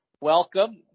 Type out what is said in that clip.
welcome